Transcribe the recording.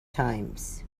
times